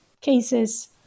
cases